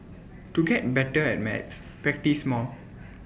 to get better at maths practise more